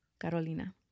Carolina